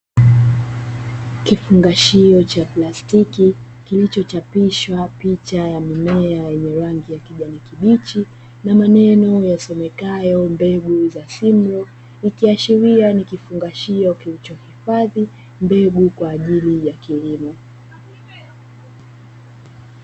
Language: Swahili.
Kifungashio cha plastiki kilichochapishwa picha ya mimea yenye rangi ya kijani kibichi na maneno yasomekayo "Mbegu za simlaw", ikiashiria ni kifungashio kilichohifadhi mbegu kwa ajili ya kilimo.